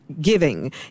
giving